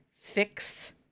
fix